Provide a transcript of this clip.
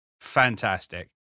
Fantastic